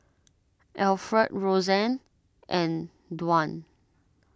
Alfred Roseanne and Dwan